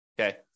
okay